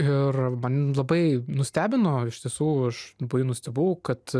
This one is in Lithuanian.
ir man labai nustebino iš tiesų aš labai nustebau kad